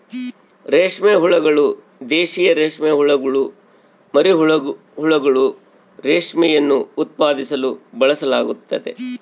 ರೇಷ್ಮೆ ಹುಳುಗಳು, ದೇಶೀಯ ರೇಷ್ಮೆಹುಳುಗುಳ ಮರಿಹುಳುಗಳು, ರೇಷ್ಮೆಯನ್ನು ಉತ್ಪಾದಿಸಲು ಬಳಸಲಾಗ್ತತೆ